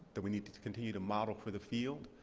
that we need to to continue to model for the field.